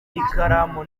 ikaramu